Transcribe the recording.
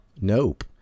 Nope